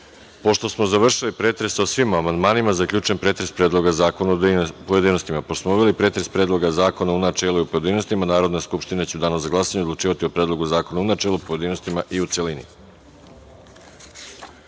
(Ne.)Pošto smo završili pretres o svim amandmanima, zaključujem pretres Predloga zakona u pojedinostima. Pošto smo obavili pretres Predloga zakona u načelu i pojedinostima, Narodna skupština će u danu za glasanje odlučivati o Predlogu zakona u načelu, pojedinostima i u